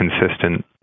consistent